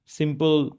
simple